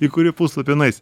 į kurį puslapį nueisi